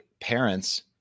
parents